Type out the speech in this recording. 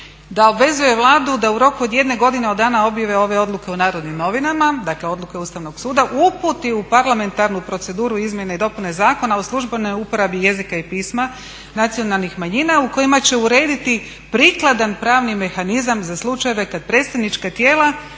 da obvezuje Vladu da u roku od jedne godine od dana objave ove odluke u Narodnim novinama, dakle Odluke Ustavnog suda, uputi u parlamentarnu proceduru izmjene i dopune Zakona o službenoj uporabi jezika i pisma nacionalnih manjina u kojima će urediti prikladan pravni mehanizam za slučajeve kad predstavnička tijela